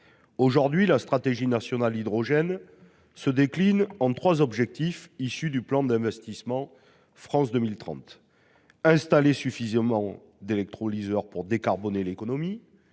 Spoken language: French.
Aujourd'hui, la stratégie nationale hydrogène se décline en trois objectifs issus du plan d'investissement France 2030 : installer suffisamment d'électrolyseurs pour décarboner l'économie,